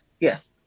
Yes